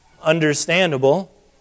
Understandable